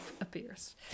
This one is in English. appears